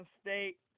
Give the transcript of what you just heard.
State